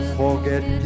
forget